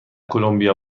کلمبیا